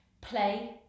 play